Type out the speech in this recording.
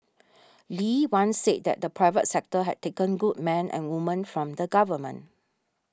Lee once said that the private sector had taken good men and women from the government